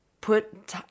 put